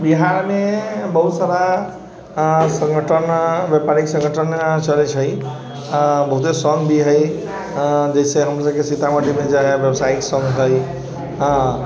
बिहार मे बहुत सारा संगठन व्यापारिक संगठन चलै छै बहुते संघ भी है जैसे हमर सबके सीतामढ़ी मे जे है व्यावसायिक संघ है हँ